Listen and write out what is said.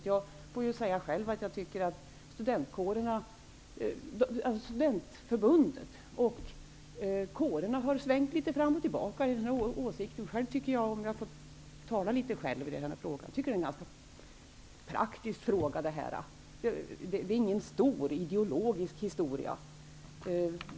Jag tycker själv att SFS och kårerna har svängt litet fram och tillbaka i sina åsikter. Om jag får tala litet för mig själv, vill jag säga att jag tycker att det är en praktisk fråga. Det är inte någon stor ideologisk fråga.